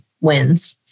wins